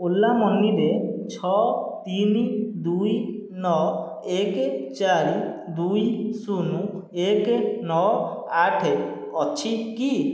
ଓଲା ମନିରେ ଛଅ ତିନି ଦୁଇ ନଅ ଏକ ଚାରି ଦୁଇ ଶୂନ ଏକ ନଅ ଆଠ ଅଛି କି